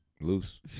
loose